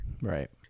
Right